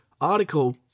article